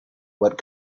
what